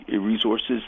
resources